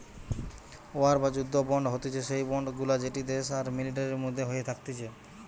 war বা যুদ্ধ bond হতিছে সেই বন্ড গুলা যেটি দেশ আর মিলিটারির মধ্যে হয়ে থাকতিছে